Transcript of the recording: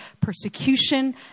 persecution